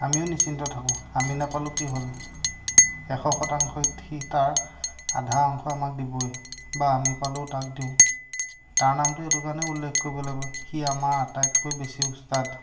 আমিও নিশ্চিন্ত থাকোঁ আমি নাপালোঁ কি হ'ল এশ শতাংশই সি তাৰ আধা অংশই আমাক দিবই বা আমি পালেও তাক দিওঁ তাৰ নামটো এইটো কাৰণেই উল্লেখ কৰিব লাগিব সি আমাৰ আটাইতকৈ বেছি উস্তাদ